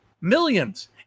Millions